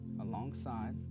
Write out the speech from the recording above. alongside